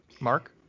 Mark